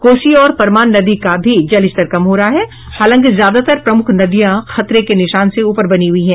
कोसी और परमान नदी का भी जलस्तर कम हो रहा है हालांकि ज्यादातर प्रमुख नदियां खतरे के निशान से ऊपर बनी हुई है